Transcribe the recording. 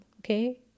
okay